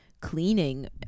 cleaning